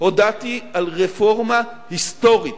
הודעתי על רפורמה היסטורית